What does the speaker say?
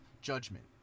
judgment